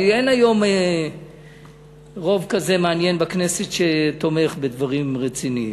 אין היום רוב כזה מעניין בכנסת שתומך בדברים רציניים.